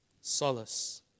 Solace